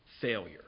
Failure